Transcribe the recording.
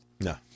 No